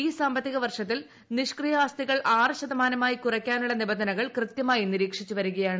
ഈ സാമ്പത്തിക വർഷത്തിൽ നിഷ്ക്രിയ ആസ്തികൾ ആറു ശതമാനമായി കുറക്കാനുള്ള നിബന്ധനകൾ കൃത്യമായി നിരീക്ഷിച്ചു വരികയാണ്